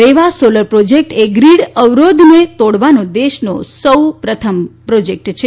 રેવા solar project એ grid અવરોધને તોડવાનો દેશનો સૌ પ્રથમ પ્રોજેક્ટ હતો